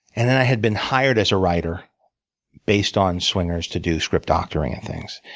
and then i had been hired as a writer based on swingers to do script doctoring and things.